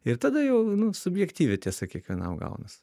ir tada jau nu subjektyvi tiesa kiekvienam gaunas